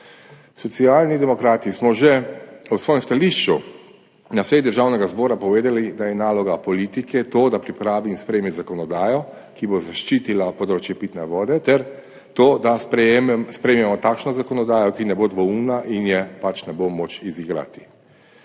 Socialni demokrati smo že v svojem stališču na seji Državnega zbora povedali, da je naloga politike to, da pripravi in sprejme zakonodajo, ki bo zaščitila področje pitne vode, ter to, da sprejmemo takšno zakonodajo, ki ne bo dvoumna in je ne bo moč izigrati.